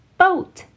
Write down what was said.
Boat